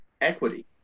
equity